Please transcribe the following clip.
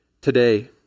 today